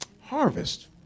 harvest